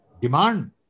Demand